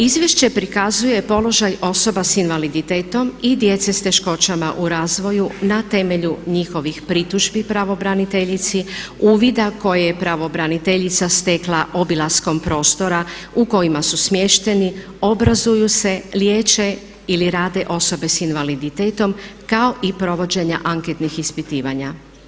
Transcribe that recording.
Izvješće prikazuje položaj osoba sa invaliditetom i djece sa teškoćama u razvoju na temelju njihovih pritužbi pravobraniteljici, uvida koje je pravobraniteljica stekla obilaskom prostora u kojima su smješteni, obrazuju se, liječe ili rade osobe sa invaliditetom kao i provođenja anketnih ispitivanja.